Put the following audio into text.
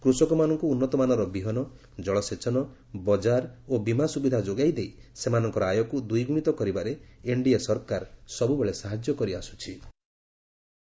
କୃଷକମାନଙ୍କୁ ଉନ୍ନତମାନର ବିହନ ଜଳସେଚନ ବଜାର ଓ ବୀମା ସୁବିଧା ଯୋଗାଇ ଦେଇ ସେମାନଙ୍କର ଆୟକ୍ତ ଦ୍ୱିଗ୍ରଣିତ କରିବାରେ ଏନ୍ଡିଏ ସରକାର ସବ୍ରବେଳେ ସାହାଯ୍ୟ କରିଆସ୍ଚ୍ଚ ଛି